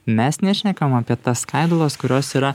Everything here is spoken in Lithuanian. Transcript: mes nešnekam apie tas skaidulas kurios yra